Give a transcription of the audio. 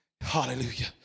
Hallelujah